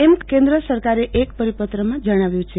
એમ કેન્દ્ર સરકારે પરિપત્રમાં જણાવ્યુ છે